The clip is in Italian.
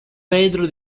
pedro